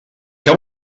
que